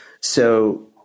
So-